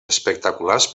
espectaculars